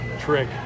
trick